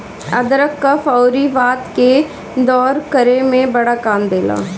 अदरक कफ़ अउरी वात के दूर करे में बड़ा काम देला